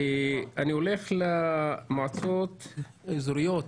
אני הולך למועצות האזוריות.